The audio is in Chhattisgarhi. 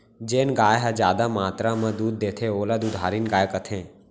जेन गाय ह जादा मातरा म दूद देथे ओला दुधारिन गाय कथें